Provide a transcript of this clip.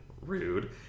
Rude